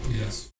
Yes